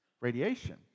radiation